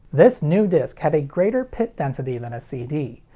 this new disc had a greater pit density than a cd.